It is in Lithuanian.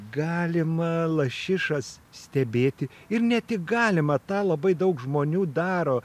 galima lašišas stebėti ir ne tik galima tą labai daug žmonių daro